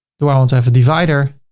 do i want to have a divider?